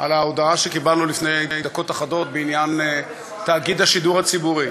על ההודעה שקיבלנו לפני דקות אחדות בעניין תאגיד השידור הציבורי.